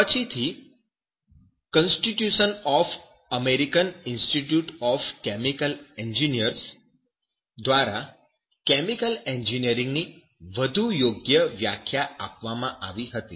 પછીથી constitution of American institute of chemical engineers દ્વારા chemical એન્જિનિયરીંગની વધુ યોગ્ય વ્યાખ્યા આપવામાં આવી હતી